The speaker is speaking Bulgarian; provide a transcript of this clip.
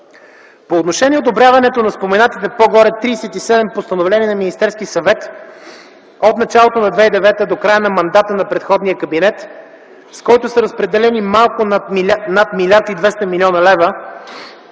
По отношение одобряването на споменатите по-горе тридесет и седем постановления на Министерския съвет от началото на 2009 г. до края на мандата на предходния кабинет, с които са разпределени малко над 1,2 млрд. лв.,